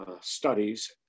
Studies